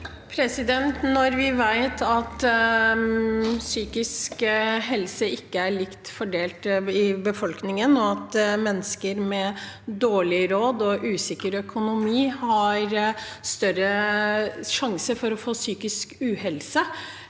Når vi vet at psy- kisk helse ikke er likt fordelt i befolkningen, og at mennesker med dårlig råd og usikker økonomi har større sjanse for å få psykisk uhelse,